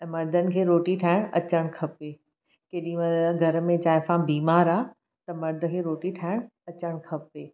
ऐं मर्दनि खे रोटी ठाहिण अचणु खपे केॾी महिल घर में जाइफ़ा बीमार आहे त मर्द खे रोटी ठाहिणु अचणु खपे